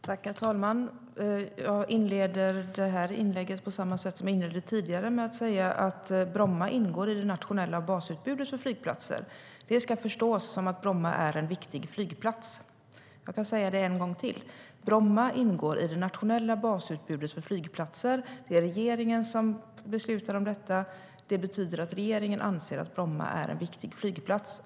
Herr talman! Jag inleder det här inlägget på samma sätt som jag inledde det tidigare med att säga att Bromma ingår i det nationella basutbudet av flygplatser. Det ska förstås som att Bromma är en viktig flygplats. Jag kan säga det en gång till: Bromma ingår i det nationella basutbudet av flygplatser. Det är regeringen som beslutar om detta. Det betyder att regeringen anser att Bromma är en viktig flygplats.